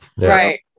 right